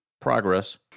progress